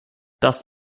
das